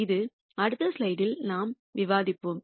இது அடுத்த ஸ்லைடில் நாம் விவாதிப்போம்